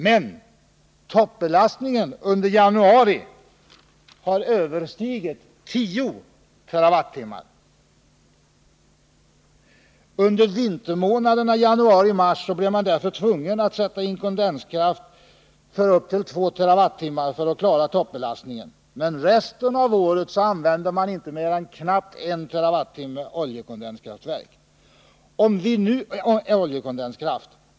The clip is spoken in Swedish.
Men toppbelastningen under januari översteg 10 TWh. Under vintermånaderna januari-mars blev man därför tvungen att sätta in kondenskraft med 2 TWh för att klara toppbelastningen. Men under resten av året använde man inte mer än knappt 1 TWh oljekondenskraft.